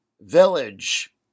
Village